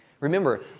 Remember